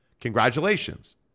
Congratulations